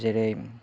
जेरै